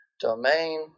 domain